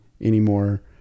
anymore